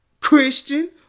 Christian